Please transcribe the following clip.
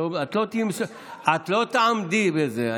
את לא תעמדי בזה,